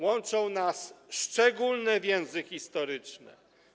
Łączą nas szczególne więzy historyczne.